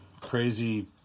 crazy